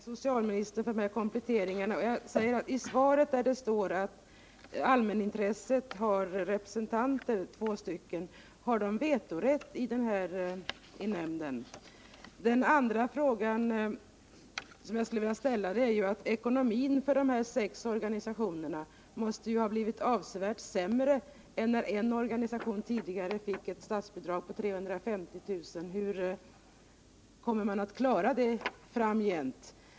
Herr talman! Jag ber att få tacka socialministern för dessa kompletteringar. Det står i svaret att allmänintresset skall ha minst två representanter, och jag vill fråga: Har de vetorätt i nämnden? En annan fråga som jag skulle vilja ställa rör ekonomin för de här sex organisationerna. Den måste ju ha blivit avsevärt sämre i förhållande till vad som gällde tidigare, när en organisation fick ett statsbidrag på 350 000 kr. Hur kommer organisationerna att klara de ekonomiska frågorna framgent?